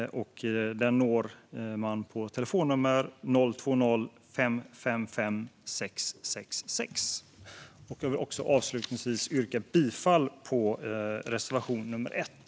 Den når man på telefonnummer 020-555 666. Jag vill avslutningsvis yrka bifall till reservation nummer 1.